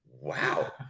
wow